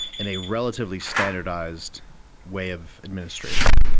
and a relatively standardised way of administration.